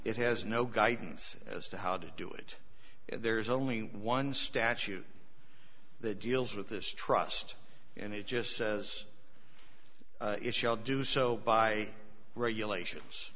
it has no guidance as to how to do it there's only one statute that deals with this trust and it just says it shall do so by regulations